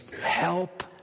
Help